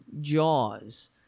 jaws